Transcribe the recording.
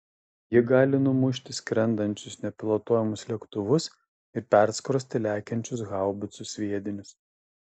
ji gali numušti skrendančius nepilotuojamus lėktuvus ir perskrosti lekiančius haubicų sviedinius